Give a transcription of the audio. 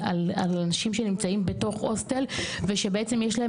על אנשים שנמצאים בתוך הוסטל ושבעצם יש להם